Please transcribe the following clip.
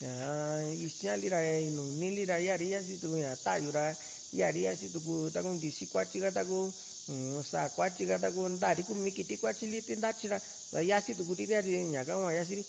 ñá´a isíali ra nunili ra yari yasi tuku ña ta´yu ra yari yasi tuku taku ntisi kuatyili ka taku u-m sáa kuatyili ka taku nta kumii kiti kuatyili ra ta yasiituri ri´ka ñaka hua yasi ri